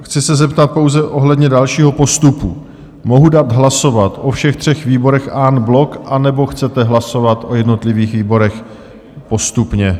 Chci se zeptat pouze ohledně dalšího postupu mohu dát hlasovat o všech třech výborech en bloc, anebo chcete hlasovat o jednotlivých výborech postupně?